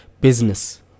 business